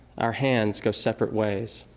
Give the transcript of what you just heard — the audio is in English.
our hands go separate ways.